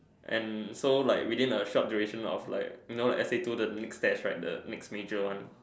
and so like within a short duration of like you know S_A two the next test right the next major one